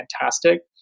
fantastic